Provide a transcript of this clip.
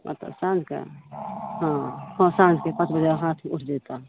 मतलब साँझके हँ हँ साँझके पाँच बजे हाथ उठि जेतऽ